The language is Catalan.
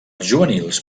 juvenils